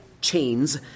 chains